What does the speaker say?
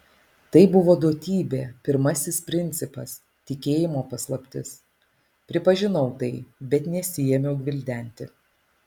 tai buvo duotybė pirmasis principas tikėjimo paslaptis pripažinau tai bet nesiėmiau gvildenti